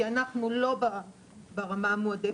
כי אנחנו לא ברמה המועדפת,